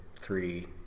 three